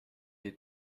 est